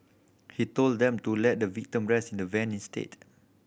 he told them to let the victim rest in the van instead